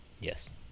Yes